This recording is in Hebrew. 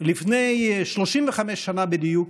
לפני 35 שנה בדיוק,